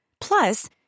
Plus